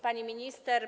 Pani Minister!